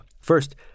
first